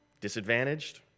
disadvantaged